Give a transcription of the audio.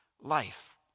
life